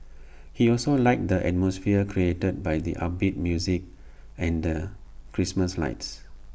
he also liked the atmosphere created by the upbeat music and the Christmas lights